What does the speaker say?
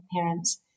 parents